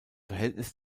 verhältnis